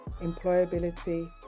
employability